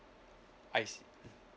I see